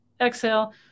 exhale